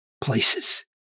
places